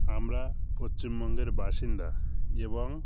আমরা পশ্চিমবঙ্গের বাসিন্দা এবং